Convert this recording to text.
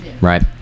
Right